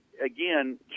Again